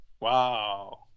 Wow